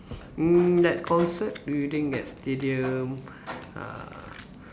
mm like concert within that stadium ah